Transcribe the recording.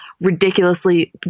ridiculously